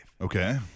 Okay